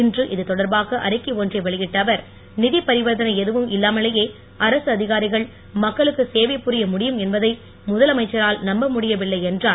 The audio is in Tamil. இன்று இதுதொடர்பாக அறிக்கை ஒன்றை வெளியிட்ட அவர் நீதிப் பரிவர்த்தனை எதுவும் இல்லாமலேயே அரசு அதிகாரிகள் மக்களுக்கு சேவை புரிய முடியும் என்பதை முதலமைச்சரால் நம்ப முடியவில்லை என்றார்